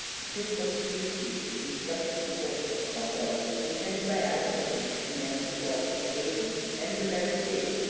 the two portuguese chiefs constructed the fort of coco, intended by albuquerque to command the gulf of aden and the red sea,